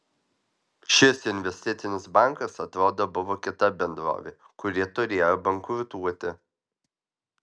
šis investicinis bankas atrodo buvo kita bendrovė kuri turėjo bankrutuoti